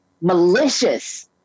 malicious